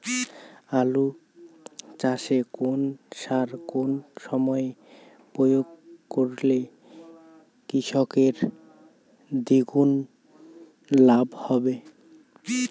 আলু চাষে কোন সার কোন সময়ে প্রয়োগ করলে কৃষকের দ্বিগুণ লাভ হবে?